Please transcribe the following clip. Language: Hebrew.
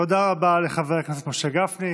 תודה רבה לחבר הכנסת משה גפני.